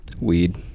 weed